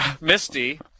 misty